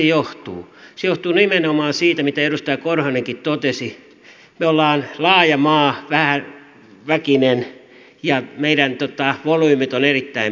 se johtuu nimenomaan siitä minkä edustaja korhonenkin totesi että me olemme laaja maa vähäväkinen ja meidän volyymit ovat erittäin pienet